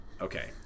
okay